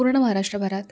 पूर्ण महाराष्ट्रभरात